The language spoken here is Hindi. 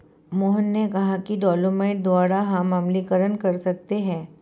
मोहन ने कहा कि डोलोमाइट द्वारा हम अम्लीकरण कर सकते हैं